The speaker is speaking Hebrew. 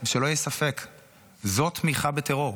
שלא יהיה ספק, זו תמיכה בטרור.